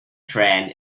trend